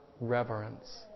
reverence